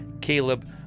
Caleb